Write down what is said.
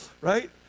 Right